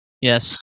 Yes